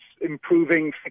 improving